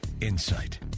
insight